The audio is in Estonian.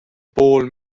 pool